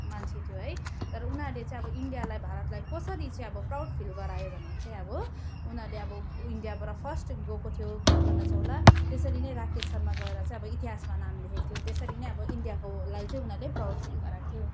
मान्छे थियो है तर उनीहरूले चाहिँ अब इन्डियालाई भारतलाई कसरी चाहिँ अब प्राउड फिल गरायो भने चाहिँ अब उनीहरूले अब ऊ इन्डियाबाट फर्स्ट गएको थियो कल्पना चावला त्यसरी नै राकेश शर्मा गएर चाहिँ अब इतिहासमा नाम लेखेको थियो त्यसरी नै अब इन्डियाकोलाई चाहिँ उनीहरूले प्राउड फिल गराएको थियो